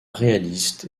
réaliste